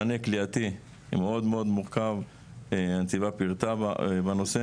מענה כליאתי מאוד מורכב, הנציבה פירטה בנושא.